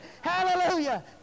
Hallelujah